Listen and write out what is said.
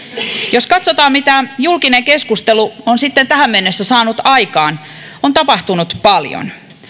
jos katsotaan mitä julkinen keskustelu on sitten tähän mennessä saanut aikaan on tapahtunut paljon